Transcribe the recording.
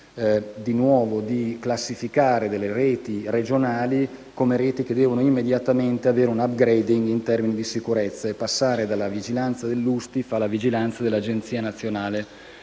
di nuovo di classificare alcune reti regionali come reti che devono immediatamente avere un *upgrading* in termini di sicurezza e passare dalla vigilanza dell'USTIF alla vigilanza dell'Agenzia nazionale